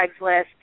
Craigslist